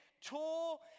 tool